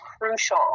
crucial